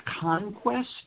conquest